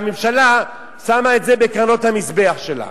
והממשלה שמה את זה בקרנות המזבח שלה.